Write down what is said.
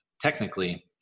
technically